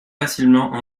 facilement